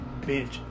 bitch